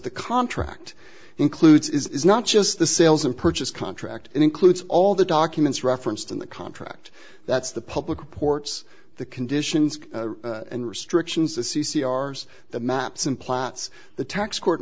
the contract includes is not just the sales and purchase contract it includes all the documents referenced in the contract that's the public reports the conditions and restrictions the c c r the maps and plots the tax court